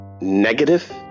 negative